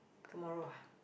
tomorrow ah